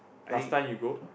last time you go